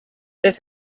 this